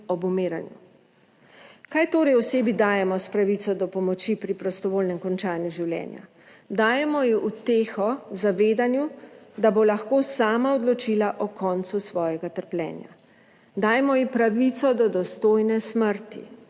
Kaj torej osebi dajemo s pravico do pomoči pri prostovoljnem končanju življenja? Dajemo ji uteho v zavedanju, da bo lahko sama odločila o koncu svojega trpljenja. Dajmo ji pravico do dostojne smrti,